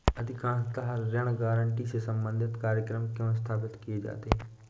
अधिकांशतः ऋण गारंटी से संबंधित कार्यक्रम क्यों स्थापित किए जाते हैं?